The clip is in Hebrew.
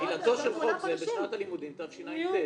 תחילתו של חוק זה בשנת הלימודים תשע"ט.